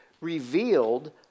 revealed